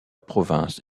province